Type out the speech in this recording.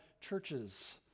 churches